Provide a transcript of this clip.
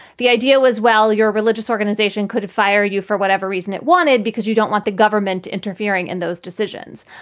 the idea was, well, your religious organization could fire you for whatever reason it wanted because you don't want the government interfering in those decisions.